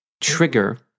trigger